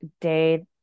day